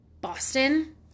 Boston